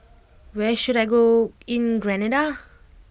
where should I go in Grenada